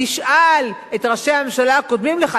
תשאל את ראשי הממשלה הקודמים לך.